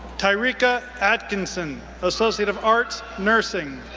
tyreika atkinson, associate of arts, nursing.